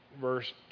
verse